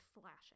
flashing